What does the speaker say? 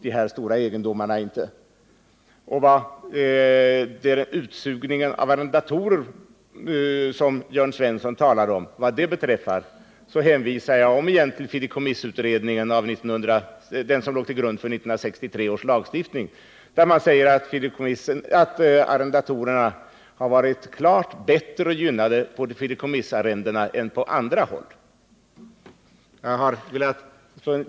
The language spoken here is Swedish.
Vad beträffar utsugningen av arrendatorer, som Jörn Svensson talar om, hänvisar jag omigen till fideikommissutredningen, som låg till grund för 1963 års lagstiftning och som sade att arrendatorerna har varit klart bättre gynnade på fideikommissarrendena än på andra håll.